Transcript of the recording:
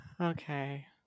Okay